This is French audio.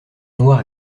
noir